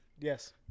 Yes